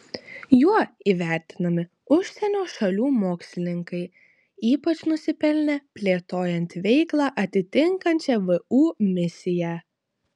juo įvertinami užsienio šalių mokslininkai ypač nusipelnę plėtojant veiklą atitinkančią vu misiją